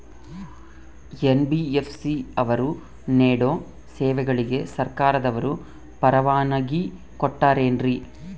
NBFC ಅವರು ನೇಡೋ ಸೇವೆಗಳಿಗೆ ಸರ್ಕಾರದವರು ಪರವಾನಗಿ ಕೊಟ್ಟಾರೇನ್ರಿ?